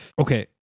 okay